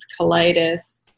colitis